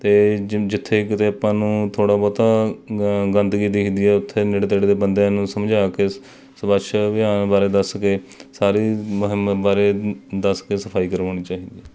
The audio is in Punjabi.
ਅਤੇ ਜਿਮ ਜਿੱਥੇ ਕਿਤੇ ਆਪਾਂ ਨੂੰ ਥੋੜ੍ਹਾ ਬਹੁਤਾ ਗੰਦਗੀ ਦਿਖਦੀ ਹੈ ਉੱਥੇ ਨੇੜੇ ਤੇੜੇ ਦੇ ਬੰਦਿਆਂ ਨੂੰ ਸਮਝਾ ਕੇ ਸਵੱਛ ਅਭਿਆਨ ਬਾਰੇ ਦੱਸ ਕੇ ਸਾਰੀ ਮੁਹਿੰਮ ਬਾਰੇ ਦੱਸ ਕੇ ਸਫਾਈ ਕਰਵਾਉਣੀ ਚਾਹੀਦੀ ਹੈ